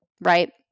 Right